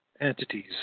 entities